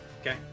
Okay